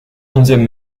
onzième